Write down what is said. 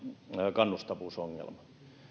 kannustavuusongelma